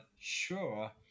sure